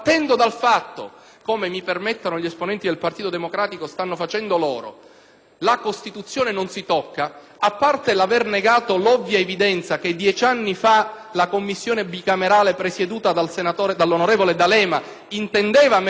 la Costituzione non si tocca, a parte l'aver negato l'ovvia evidenza che dieci anni fa la Commissione bicamerale presieduta dall'onorevole D'Alema intendeva mettere mano alla riforma costituzionale e non credo che il malato giustizia in questi dieci anni sia guarito,